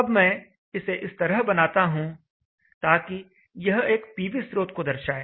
अब मैं इसे इस तरह बनाता हूं ताकि यह एक पीवी स्रोत को दर्शाए